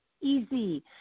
easy